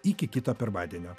iki kito pirmadienio